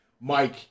Mike